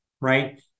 right